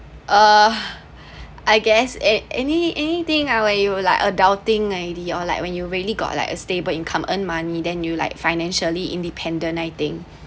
uh I guess an~ any anything ah when you like adulting already or like when you really got like a stable income earn money then you like financially independent I think